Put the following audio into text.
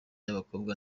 y’abakobwa